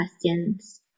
questions